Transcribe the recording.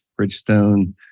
Bridgestone